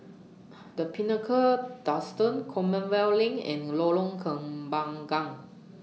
The Pinnacle Duxton Common weel LINK and Lorong Kembagan